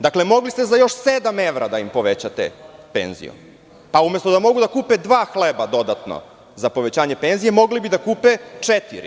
Dakle, mogli ste za još sedam evra da im povećate penziju, umesto da mogu da kupe dva hleba dodatno za povećanje penzije, mogli bi da kupe četiri.